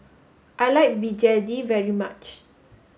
I like Begedil very much